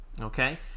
Okay